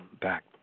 back